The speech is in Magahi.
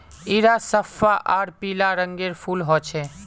इरा सफ्फा आर पीला रंगेर फूल होचे